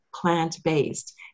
plant-based